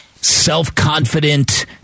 self-confident